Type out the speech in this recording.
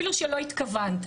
אפילו שלא התכוונת,